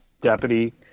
deputy